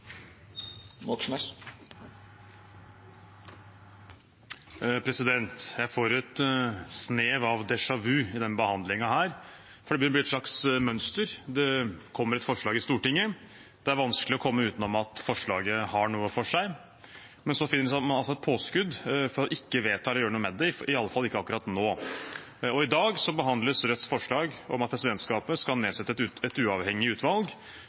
for det begynner å bli et slags mønster. Det kommer et forslag i Stortinget; det er vanskelig å komme utenom at forslaget har noe for seg, men så finner man altså et påskudd for ikke å vedta eller gjøre noe med det – i hvert fall ikke akkurat nå. I dag behandles Rødts forslag om at presidentskapet skal nedsette et uavhengig utvalg som skal utrede og komme med forslag om en uavhengig